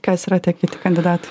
kas yra tie kiti kandidatai